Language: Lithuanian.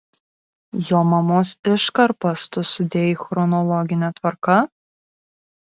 jo mamos iškarpas tu sudėjai chronologine tvarka